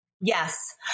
Yes